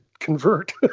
convert